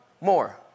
more